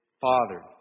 Father